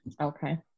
Okay